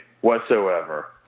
whatsoever